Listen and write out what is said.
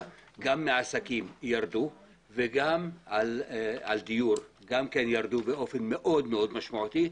גם מעסקים ירדו וגם בדיור ירדו באופן מאוד משמעותי.